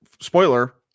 spoiler